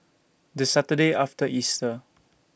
The Saturday after Easter